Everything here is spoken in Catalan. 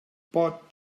pot